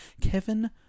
Kevin